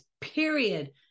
period